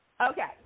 okay